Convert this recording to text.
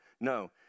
No